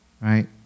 Right